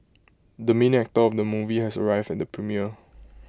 the main actor of the movie has arrived at the premiere